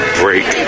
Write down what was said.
break